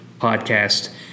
podcast